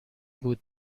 بود